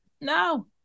no